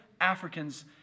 Africans